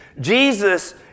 Jesus